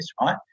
right